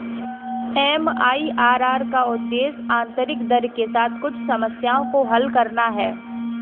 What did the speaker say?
MIRR का उद्देश्य आंतरिक दर के साथ कुछ समस्याओं को हल करना है